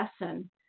lesson